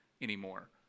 anymore